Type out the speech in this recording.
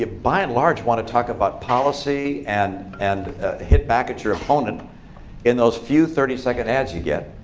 ah by and large, you want to talk about policy and and hit back at your opponent in those few thirty second ads you get.